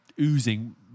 oozing